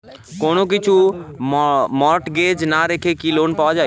কোন কিছু মর্টগেজ না রেখে কি লোন পাওয়া য়ায়?